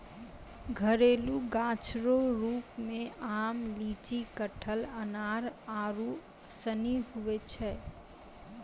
घरेलू गाछ रो रुप मे आम, लीची, कटहल, अनार आरू सनी हुवै छै